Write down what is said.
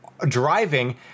Driving